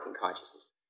consciousness